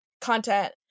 content